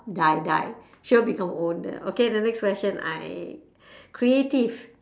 die die sure become old okay the next question I creative